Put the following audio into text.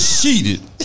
Cheated